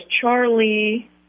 Charlie